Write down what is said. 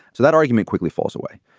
so that argument quickly falls away.